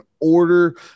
order